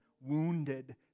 wounded